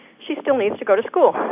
she still needs to go to school.